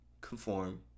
conform